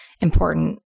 important